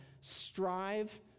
strive